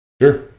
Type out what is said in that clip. Sure